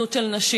זנות של נשים.